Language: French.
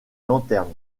lanterne